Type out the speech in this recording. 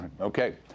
Okay